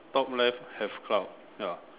top left have cloud ya